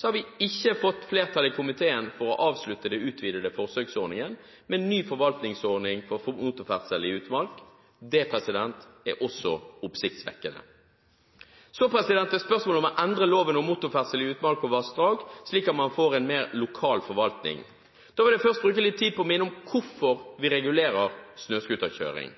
Så til spørsmålet om å endre loven om motorferdsel i utmark og vassdrag, slik at man får mer lokal forvaltning. Da vil jeg først bruke litt tid til å minne om hvorfor vi regulerer snøscooterkjøring.